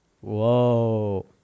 Whoa